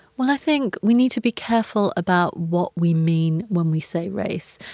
well, i think we need to be careful about what we mean when we say race.